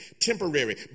temporary